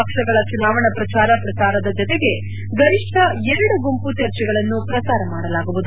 ಪಕ್ಷಗಳ ಚುನಾವಣಾ ಪ್ರಚಾರ ಪ್ರಸಾರದ ಜತೆಗೆ ಗರಿಷ್ಠ ಎರಡು ಗುಂಪು ಚರ್ಚೆಗಳನ್ನು ಪ್ರಸಾರ ಮಾಡಲಾಗುವುದು